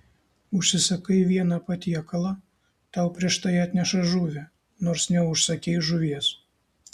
užsisakai vieną patiekalą tau prieš tai atneša žuvį nors neužsakei žuvies